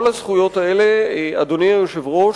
אדוני היושב-ראש,